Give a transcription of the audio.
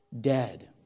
dead